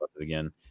again